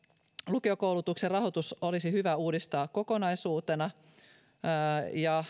lukiokoulutuksen rahoitus olisi hyvä uudistaa kokonaisuutena ja